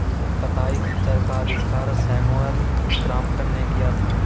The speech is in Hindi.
कताई खच्चर का आविष्कार सैमुअल क्रॉम्पटन ने किया था